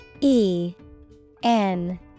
E-N